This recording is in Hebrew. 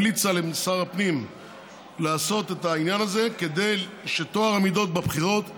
המליצה לשר הפנים לעשות את העניין הזה כדי שטוהר המידות בבחירות יישמר.